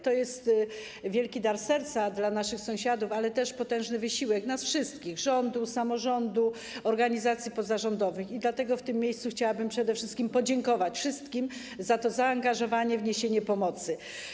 To jest wielki dar serca dla naszych sąsiadów, ale też potężny wysiłek nas wszystkich, rządu, samorządów, organizacji pozarządowych, i dlatego w tym miejscu chciałabym podziękować wszystkim za to zaangażowanie w niesienie pomocy.